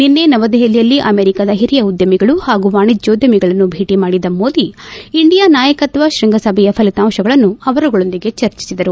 ನಿನ್ನೆ ನವದೆಹಲಿಯಲ್ಲಿ ಅಮೆರಿಕಾದ ಹಿರಿಯ ಉದ್ದಮಿಗಳು ಹಾಗೂ ವಾಣಿಜ್ಲೋದ್ಧಮಿಗಳನ್ನು ಭೇಟಿ ಮಾಡಿದ ಮೋದಿ ಇಂಡಿಯಾ ನಾಯಕತ್ವ ಶ್ಯಂಗಸಭೆಯ ಫಲಿತಾಂಶಗಳನ್ನು ಅವರುಗಳೊಂದಿಗೆ ಚರ್ಚಿಸಿದರು